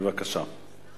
בבקשה.